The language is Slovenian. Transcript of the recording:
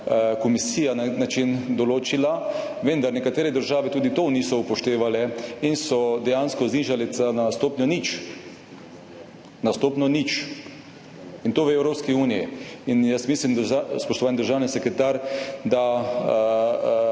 komisija na nek način določila. Vendar nekatere države tudi tega niso upoštevale in so ga dejansko znižale na stopnjo nič. Na stopnjo nič. In to v Evropski uniji. In jaz mislim, spoštovani državni